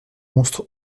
monstre